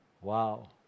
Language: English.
Wow